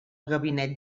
gabinet